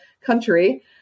country